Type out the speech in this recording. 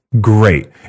great